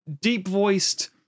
deep-voiced